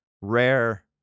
rare